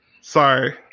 Sorry